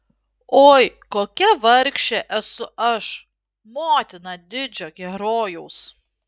oi kokia vargšė esu aš motina didžio herojaus